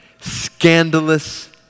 scandalous